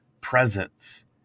presence